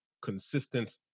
consistent